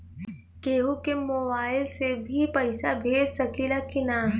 केहू के मोवाईल से भी पैसा भेज सकीला की ना?